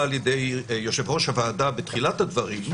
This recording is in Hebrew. על ידי יושב-ראש הוועדה בתחילת הדברים,